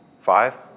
Five